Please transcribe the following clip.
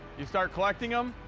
you start collecting them,